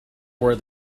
were